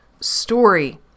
story